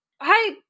Hi